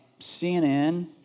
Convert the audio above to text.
CNN